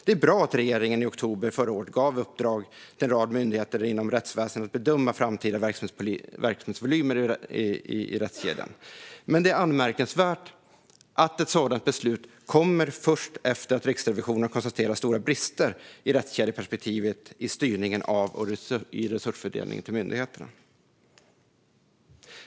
Det var bra att regeringen i oktober förra året gav i uppdrag till en rad myndigheter inom rättsväsendet att bedöma framtida verksamhetsvolymer i rättskedjan. Det är dock anmärkningsvärt att ett sådant beslut kommer först efter att Riksrevisionen har konstaterat stora brister i rättskedjeperspektivet i styrningen av och resursfördelningen till myndigheterna.